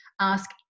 Ask